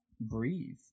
breathe